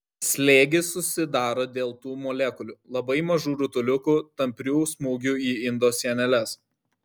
slėgis susidaro dėl tų molekulių labai mažų rutuliukų tamprių smūgių į indo sieneles